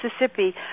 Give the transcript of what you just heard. Mississippi